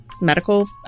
medical